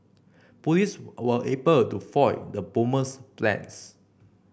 police were able to foil the bomber's plans